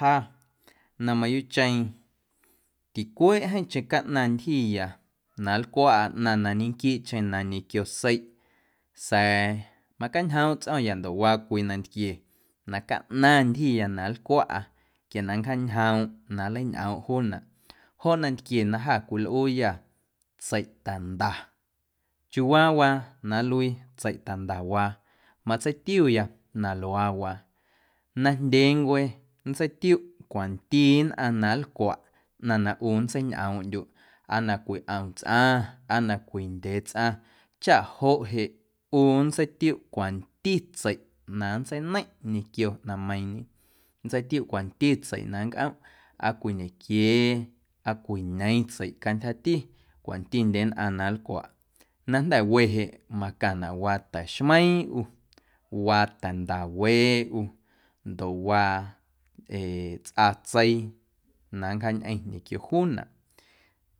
Ja na mayuuꞌcheⁿ ticweeꞌ jeeⁿcheⁿ caꞌnaⁿ ntyjiya na nlcwaꞌa na ñequiiiꞌcheⁿ na ñequio seiꞌ sa̱a̱ macañjoomꞌ tsꞌo̱o̱ⁿya ndoꞌ waa cwii nantquie na caꞌnaⁿ ntyjiya na nlcwaꞌa quia na nncjaañjoomꞌ na nleiñꞌoomꞌ juunaꞌ joꞌ nantquie na jâ cwilꞌuuyâ tseiꞌtanda chiuuwaa na nluii tseiꞌtandawaa matseitiuya na luaawaa. Najndyeencwe cwanti nnꞌaⁿ na nlcwaꞌ ꞌnaⁿ na ꞌu nntseiñꞌoomꞌndyuꞌ aa na cwii ꞌom tsꞌaⁿ aa na cwii ndyee tsꞌaⁿ chaꞌ joꞌ jeꞌ ꞌu nntseitiu cwanti tseiꞌ na nntseineiⁿꞌ ñquio ꞌnaⁿmeiiⁿñe, nntseitiuꞌ cwanti tseiꞌ na nncꞌomꞌ aa cwii ñequiee aa cwii ñeeⁿ tseiꞌ cantyjati cwantindye nnꞌaⁿ na nlcwaꞌ, na jnda̱we jeꞌ macaⁿnaꞌ waa ta̱xmeiiⁿ ꞌu, waa ta̱ndawee ꞌu ndoꞌ waa eeꞌ tsꞌatseii na nncjaañꞌeⁿ ñequio juunaꞌ